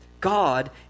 God